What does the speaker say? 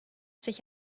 sich